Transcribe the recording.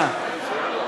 מה?